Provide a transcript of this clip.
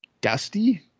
Dusty